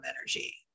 energy